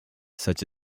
such